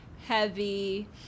heavy